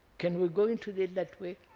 can we go into it that way?